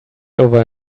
over